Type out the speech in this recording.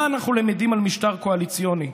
מה אנחנו למדים על משטר קואליציוני?